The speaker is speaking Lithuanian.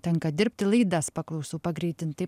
tenka dirbti laidas paklausau pagreitintai